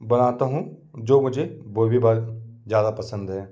बनाता हूँ जो मुझे वो भी बहुत ज़्यादा पसंद है